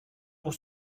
pour